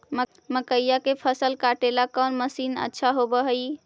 मकइया के फसल काटेला कौन मशीन अच्छा होव हई?